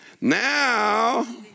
now